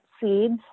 seeds